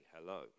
hello